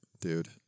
dude